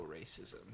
racism